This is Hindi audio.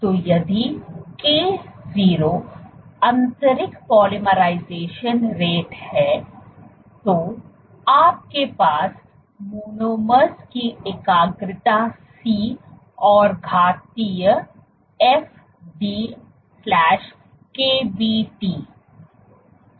तो यदि K0 आंतरिक पॉलीमराइजेशन रेट है तो आपके पास मोनोमर्स की एकाग्रता C और घातीय f d KBT kon है